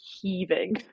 heaving